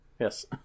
yes